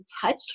touch